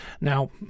Now